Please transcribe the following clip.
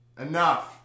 Enough